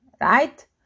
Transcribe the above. right